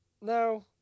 No